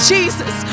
Jesus